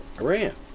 Iran